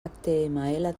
html